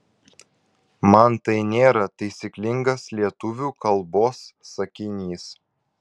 mat tai nėra taisyklingas lietuvių kalbos sakinys